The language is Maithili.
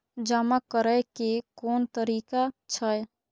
जमा करै के कोन तरीका छै?